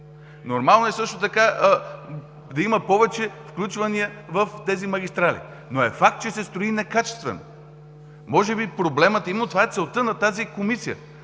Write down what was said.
Нормално е също така да има повече включвания в тези магистрали, но е факт, че се строи некачествено. Може би проблемът, именно това да е целта на тази комисия